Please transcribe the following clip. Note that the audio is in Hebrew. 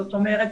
זאת אומרת,